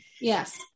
Yes